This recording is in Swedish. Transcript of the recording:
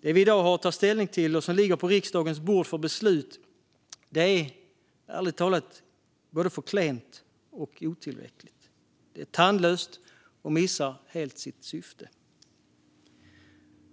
Det förslag vi i dag har att ta ställning till och som ligger på riksdagens bord för beslut är ärligt talat både för klent och otillräckligt. Det är tandlöst och missar helt sitt syfte.